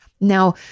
Now